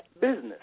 business